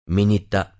Minita